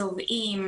צובעים.